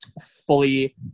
fully –